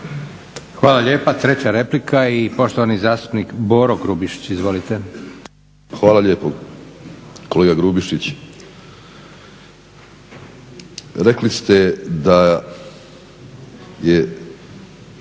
Hvala lijepa. Treća replika i poštovani zastupnik Boro Grubišić. Izvolite. **Grubišić, Boro (HDSSB)** Hvala lijepo. Kolege Grubišić, rekli ste da je,